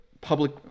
public